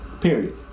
period